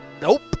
Nope